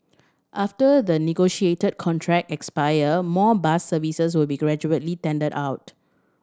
after the negotiated contract expire more bus services will be gradually tendered out